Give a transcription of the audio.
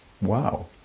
wow